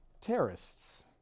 terrorists